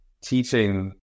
teaching